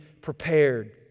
prepared